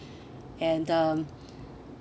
and um